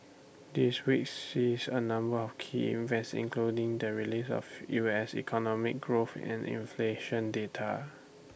this week sees A number of key events including the release of U S economic growth and inflation data